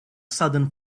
sudden